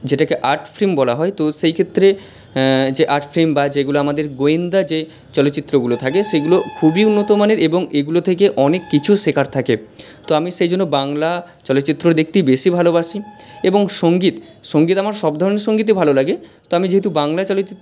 যেটাকে art film বলা হয় তো সেই ক্ষেত্রে যে আর্ট ফিল্ম বা যেগুলো আমাদের গোয়েন্দা যে চলচ্চিত্রগুলো থাকে সেগুলো খুবই উন্নত মানের এবং এগুলো থেকে অনেক কিছু শেখার থাকে তো আমি সেই জন্য বাংলা চলচ্চিত্র দেখতেই বেশি ভালোবাসি এবং সঙ্গীত সঙ্গীত আমার সব ধরণের সঙ্গীতই ভালো লাগে তো আমি যেহেতু বাংলা চলচিৎ